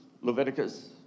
Leviticus